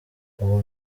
ubu